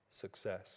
success